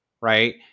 right